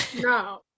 No